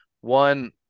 one